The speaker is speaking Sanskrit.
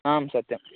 आं सत्यं